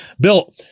Bill